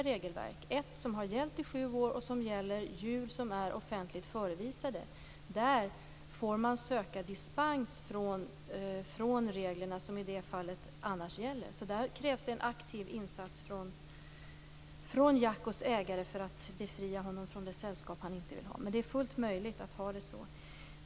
Vi talar om ett som har gällt i sju år och som gäller djur som är offentligt förevisade. Där får man söka dispens från de regler som i det fallet annars gäller. Där krävs det en aktiv insats från Jackos ägare för att befria honom från det sällskap han inte vill ha. Det är fullt möjligt att ha det så.